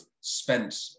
spent